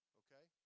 okay